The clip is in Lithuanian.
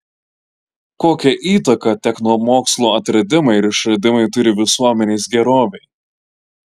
kokią įtaką technomokslo atradimai ir išradimai turi visuomenės gerovei